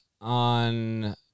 On